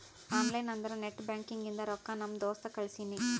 online ಅಂದುರ್ net banking ಇಂದ ರೊಕ್ಕಾ ನಮ್ ದೋಸ್ತ್ ಕಳ್ಸಿನಿ